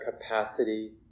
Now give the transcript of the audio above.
capacity